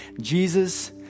Jesus